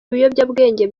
ibiyobyabwenge